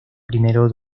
primero